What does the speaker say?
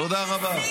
תודה רבה.